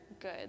good